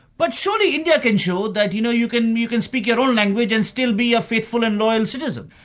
but surely india can show that you know you can you can speak your own language and still be a faithful and loyal citizen.